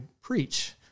preach